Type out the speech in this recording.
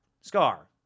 Scar